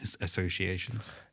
associations